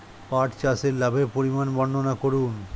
পাঠ চাষের লাভের পরিমান বর্ননা করুন?